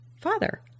father